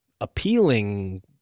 appealing